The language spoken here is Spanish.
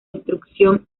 instrucción